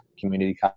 community